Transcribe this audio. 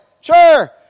Sure